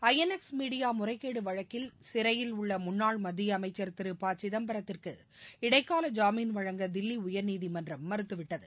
INX media முறைகேடு வழக்கில் சிறையில் உள்ள முன்னாள் மத்திய அமைச்சர் திரு ப சிதம்பரத்திற்கு இடைக்கால ஜாமின் வழங்க தில்லி உயர்நீதிமன்றம் மறுத்துவிட்டது